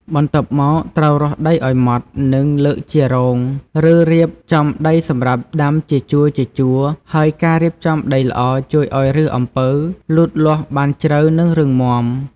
បន្ទាប់មក ត្រូវរាស់ដីឱ្យម៉ត់ និង លើកជារង ឬរៀបចំដីសម្រាប់ដាំជាជួរៗ ហើយការរៀបចំដីល្អជួយឱ្យឫសអំពៅលូតលាស់បានជ្រៅ និងរឹងមាំ។